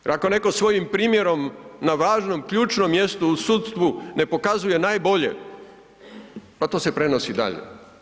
Jer ako neko svojim primjerom na važnom ključnom mjestu u sudstvu ne pokazuje najbolje pa to se prenosi dalje.